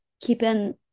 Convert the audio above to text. keeping